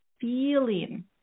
feeling